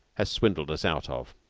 has swindled us out of.